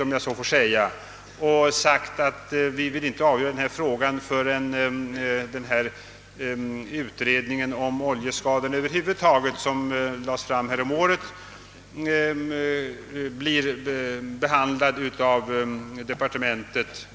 Man vill inte avgöra denna fråga förrän den utredning om oljeskadorna över huvud taget, som framlades häromåret, blir behandlad i departementet.